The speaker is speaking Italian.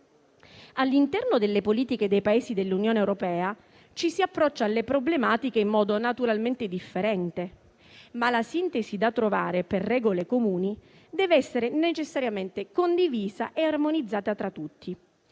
All'interno delle politiche dei Paesi dell'Unione europea ci si approccia alle problematiche in modo naturalmente differente, ma la sintesi da trovare per regole comuni deve essere necessariamente condivisa e armonizzata tra tutti.